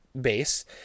base